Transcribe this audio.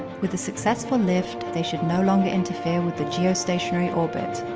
with a successful lift, they should no longer interfere with the geostationary orbit.